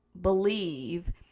believe